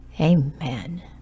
Amen